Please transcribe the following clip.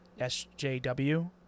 SJW